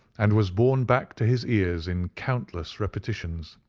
and was borne back to his ears in countless repetitions.